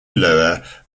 lower